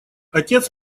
отец